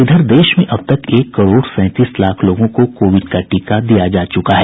इधर देश में अब तक एक करोड़ सैंतीस लाख लोगों को कोविड का टीका दिया जा चु्का है